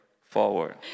forward